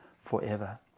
forever